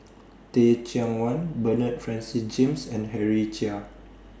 Teh Cheang Wan Bernard Francis James and Henry Chia